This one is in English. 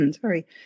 sorry